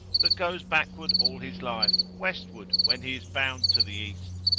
that goes backward all his life, westward, when he is bound to the east?